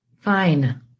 Fine